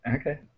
Okay